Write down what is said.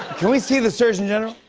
can we see the surgeon general?